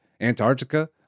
Antarctica